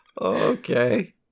Okay